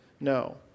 no